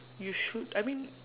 you should I mean